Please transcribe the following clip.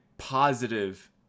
positive